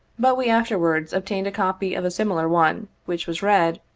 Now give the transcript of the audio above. but we afterwards obtained a copy of a similar one which was read,